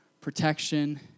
protection